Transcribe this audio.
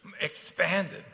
expanded